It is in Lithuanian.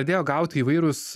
padėjo gaut įvairūs